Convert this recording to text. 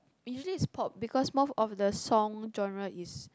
usually is pop because of the song genre is